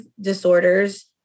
disorders